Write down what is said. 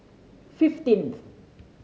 fifteenth